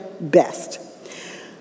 best